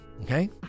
Okay